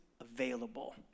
available